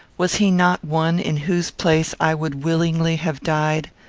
was he not one in whose place i would willingly have died?